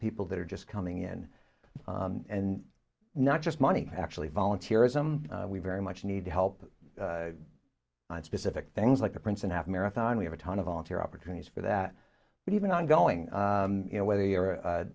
people that are just coming in and not just money actually volunteers them we very much need help on specific things like a prince and half marathon we have a ton of volunteer opportunities for that but even on going you know whether you're a